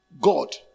God